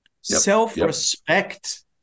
self-respect